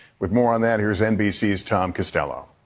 with more on that, here's nbc's tom costello.